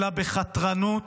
אלא בחתרנות